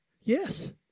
Yes